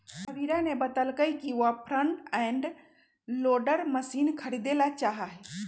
महावीरा ने बतल कई कि वह फ्रंट एंड लोडर मशीन खरीदेला चाहा हई